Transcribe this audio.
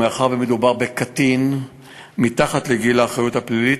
ומאחר שמדובר בקטין מתחת לגיל האחריות הפלילית,